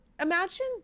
imagine